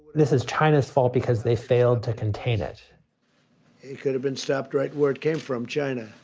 this is china's fault because they failed to contain it it could have been stopped right where it came from, china.